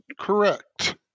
correct